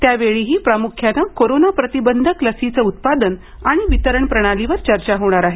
त्यावेळीही प्रामुख्यानं कोरोना प्रतिबंधक लसीचं उत्पादन आणि वितरण प्रणालीवर चर्चा होणार आहे